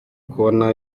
kubona